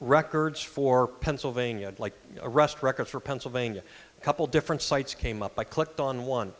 records for pennsylvania like arrest records for pennsylvania a couple different sites came up i clicked on one